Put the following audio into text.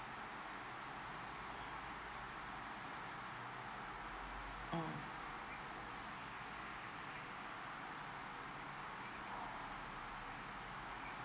um